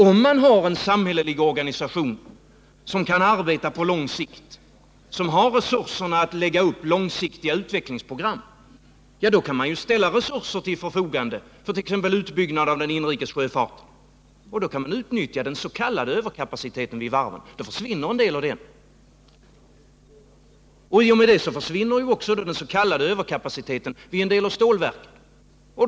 Om man har en samhällelig organisation som kan arbeta på lång sikt och som har resurserna för att lägga upp långsiktiga utvecklingsprogram, ja, då kan man ju ställa resurser till förfogande för t.ex. utbyggnad av den inrikes sjöfarten, och då kan man samtidigt utnyttja den s.k. överkapaciteten vid varven. Då försvinner en del av den. I och med det försvinner också den s.k. överkapaciteten vid en del av stålverken.